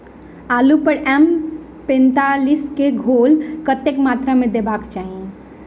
आलु पर एम पैंतालीस केँ घोल कतेक मात्रा मे देबाक चाहि?